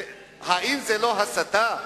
האם זאת לא הסתה?